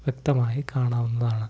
വ്യക്തമായി കാണാവുന്നതാണ്